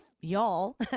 y'all